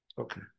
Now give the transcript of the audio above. okay